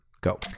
go